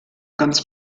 ganz